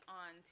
on